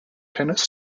tennis